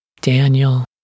Daniel